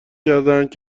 کردهاند